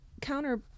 Counter